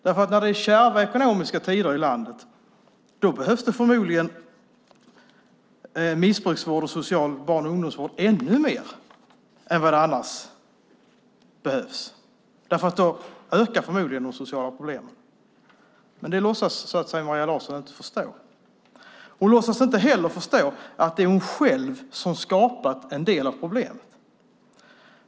När det är kärva ekonomiska tider i landet behövs det missbrukarvård och social barn och ungdomsvård ännu mer än annars. Då ökar de sociala problemen. Det låtsas Maria Larsson inte förstå. Hon låtsas inte heller förstå att det är hon själv som har skapat en del av problemet.